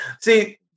see